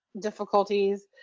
difficulties